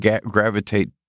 gravitate